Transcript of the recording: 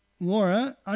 Laura